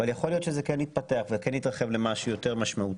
אבל יכול להיות שזה כן יתפתח וכן יתרחב למשהו יותר משמעותי.